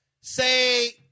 say –